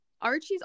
Archie's